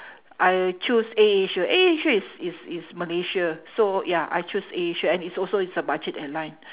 I choose air-asia air-asia is is is malaysia so ya I choose air-asia and it's also it's a budget airline